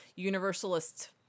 universalist